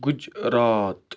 Gujarat